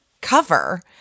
cover